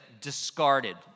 discarded